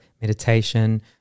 meditation